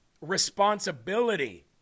responsibility